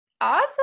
awesome